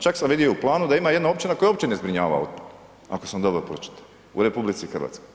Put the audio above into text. Čak sam vidio u planu da ima jedna općina koja uopće ne zbrinjava otpad, ako sam dobro pročitao, u RH.